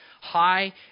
high